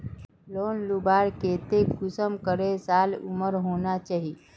Loan लुबार केते कुंसम करे साल उमर होना चही?